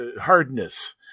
hardness